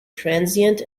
transient